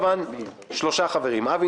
אני רוצה להודיע: חוץ וביטחון זה בשעה 19:15,